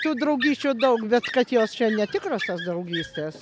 tų draugysčių daug bet kad jos čia netikros tos draugystės